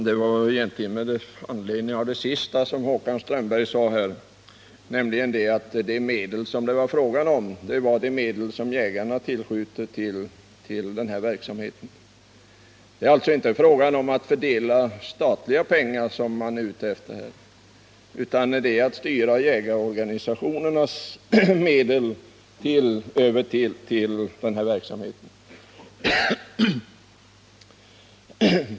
Herr talman! Med anledning av det sista som Håkan Strömberg sade, nämligen att de medel det är fråga om är de medel som jägarna tillskjuter till denna verksamhet, vill jag påpeka att man inte är ute efter att fördela statliga pengar utan att styra jägarorganisationernas medel till denna verksamhet.